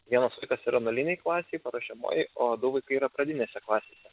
vienas vaikas yra nulinėj klasėj paruošiamojoj o du vaikai yra pradinėse klasėse